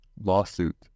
lawsuit